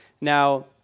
Now